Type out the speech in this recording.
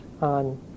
on